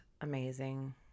amazing